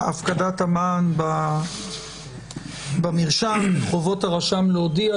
הפקדת המען במרשם, חובות הרשם להודיע.